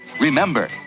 Remember